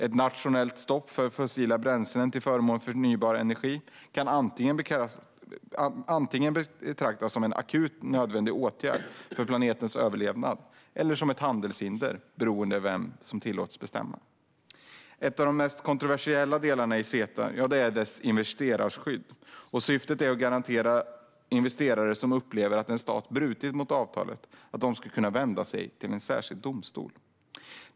Ett nationellt stopp för fossila bränslen till förmån för förnybar energi kan antingen betraktas som en akut nödvändighet för planetens överlevnad eller som ett handelshinder, beroende på vem som tillåts bestämma. En av de mest kontroversiella delarna i CETA är investerarskyddet. Syftet är att garantera att investerare som upplever att en stat brutit mot avtalet ska kunna vända sig till en särskild domstol.